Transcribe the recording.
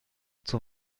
zur